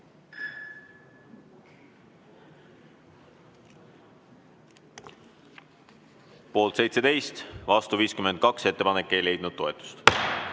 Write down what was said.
Poolt 16, vastu 51. Ettepanek ei leidnud toetust.